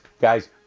Guys